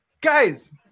guys